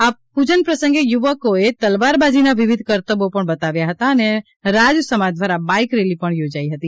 આ પૂજન પ્રસંગે યુવકોએ તલવારબાજીના વિવિધ કરતબો પણ બતાવ્યા હતા અને રાજ સમાજ દ્વારા બાઇક રેલી પણ થોજાઇ હતી